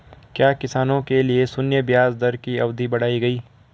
क्या किसानों के लिए शून्य ब्याज दर की अवधि बढ़ाई गई?